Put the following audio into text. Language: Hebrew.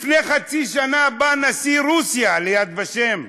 לפני חצי שנה בא נשיא רוסיה ל"יד ושם"